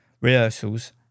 rehearsals